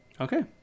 Okay